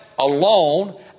alone